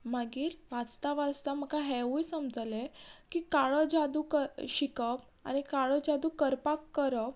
मागीर वाचता वाचता म्हाका हेंवूय समजलें की काळो जादू क शिकप आनी काळो जादू करपाक करप